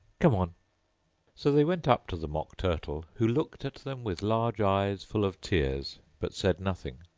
come on so they went up to the mock turtle, who looked at them with large eyes full of tears, but said nothing.